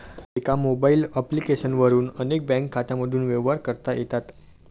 एका mobile application वरून अनेक बँक खात्यांमधून व्यवहार करता येतात